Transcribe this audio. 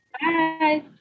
bye